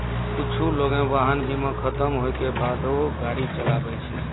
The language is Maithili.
कुछु लोगें वाहन बीमा खतम होय के बादो गाड़ी चलाबै छै